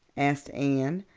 asked anne.